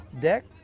deck